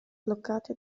bloccati